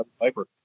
Piper